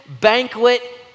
banquet